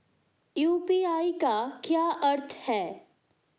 UPI का क्या अर्थ है?